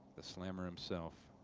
the slammer himself